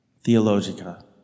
Theologica